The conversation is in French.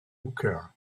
hooker